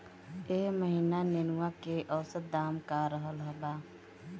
एह महीना नेनुआ के औसत दाम का रहल बा?